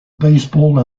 baseball